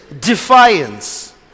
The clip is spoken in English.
defiance